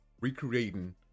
recreating